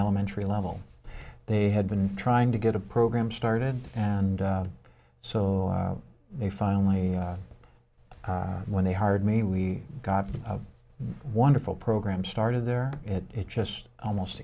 elementary level they had been trying to get a program started and so they finally when they hired me we got a wonderful program started there it just almost